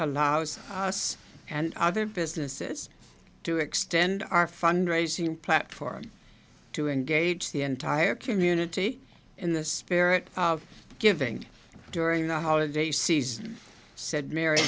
allows us and other businesses to extend our fundraising platform to engage the entire community in the spirit of giving during the holiday season said mar